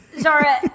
Zara